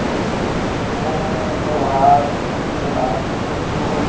ਅਤੇ ਉਹ ਹੁਣ ਪਰਵਾਰ ਦੀ ਸਲਾਹ ਸੀ ਵੀ ਅਸੀਂ ਉਹ